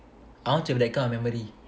I want to that kind of memory